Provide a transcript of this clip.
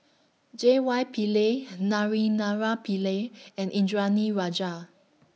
J Y Pillay Naraina Pillai and Indranee Rajah